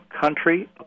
country